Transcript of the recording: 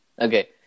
Okay